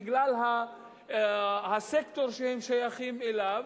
בגלל הסקטור שהן שייכות אליו,